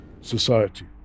society